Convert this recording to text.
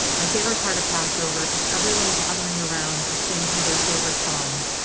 my favorite part of passover is everyone gathering around to sing some of their favorite songs.